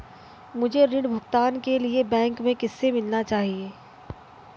मुझे ऋण भुगतान के लिए बैंक में किससे मिलना चाहिए?